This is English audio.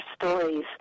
stories